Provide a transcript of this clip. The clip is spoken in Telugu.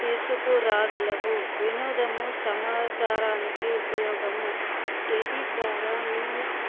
తీసుకు రాగలవు వినోదము సమాచారానికి ఉపయోగము టీవీ ద్వారా న్యూస్